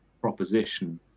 proposition